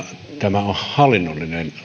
tämä on hallinnollinen